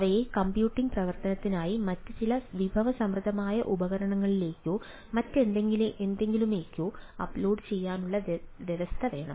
അവയെ കമ്പ്യൂട്ടിംഗ് പ്രവർത്തനത്തിനായി മറ്റ് ചില വിഭവസമൃദ്ധമായ ഉപകരണങ്ങളിലേക്കോ മറ്റെന്തെങ്കിലുമോ അപ്ലോഡ് ചെയ്യാനുള്ള വ്യവസ്ഥ വേണം